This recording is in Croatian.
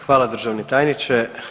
Hvala državni tajniče.